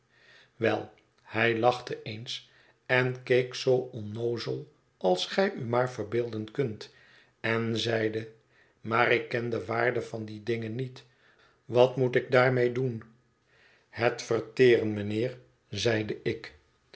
wel hij lachte eens en keek zoo onnoozel als gij u maar verbeelden kunt en zeide maar ik ken de waarde van die dingen niet wat moet ik daarmee doen het verteren mijnheer zeide ik